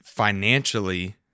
Financially